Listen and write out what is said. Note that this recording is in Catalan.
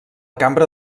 cambra